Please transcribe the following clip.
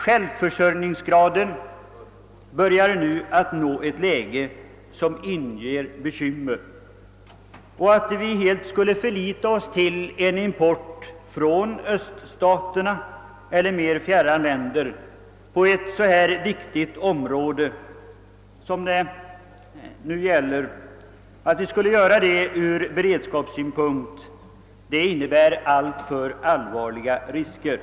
Självförsörjningsgraden börjar nu nå ett läge som inger bekymmer, och att vi ur beredskapssynpunkt helt skulle förlita oss till import från öststaterna eller mer fjärran länder på ett så viktigt område som detta innebär alltför allvarliga risker.